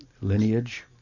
lineage